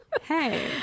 Hey